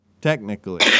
technically